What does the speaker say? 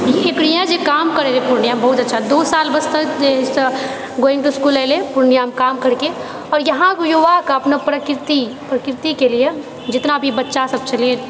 ई बढ़िआँ जे काम करैत छे पूर्णियाँमे बहुत अच्छा दू साल बस तऽ जे गोइङ टू स्कूल यहाँ एलेह पूर्णियाँमे काम करिके आओर यहाँ युवाके अपना प्रकृति प्रकृतिके लिअऽ जितनाभी बच्चासब छलै हँ